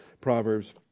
Proverbs